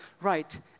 right